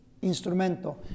instrumento